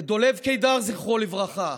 את דולב קידר, זכרו לברכה.